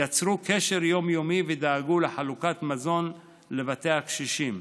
יצרו קשר יום-יומי ודאגו לחלוקת מזון לבתי הקשישים.